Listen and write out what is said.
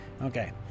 Okay